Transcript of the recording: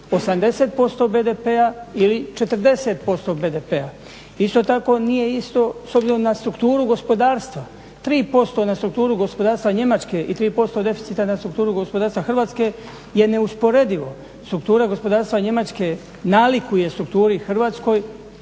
80% BDP-a ili 40% BDP-a. Isto tako nije isto s obzirom na strukturu gospodarstva, 3% na strukturu gospodarstva Njemačke i 3% deficita na strukturu gospodarstva Hrvatske je neusporedivo. Struktura gospodarstva Njemačke nalikuje strukturi u Hrvatskoj